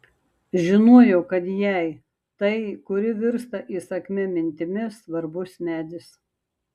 žinojau kad jai tai kuri virsta įsakmia mintimi svarbus medis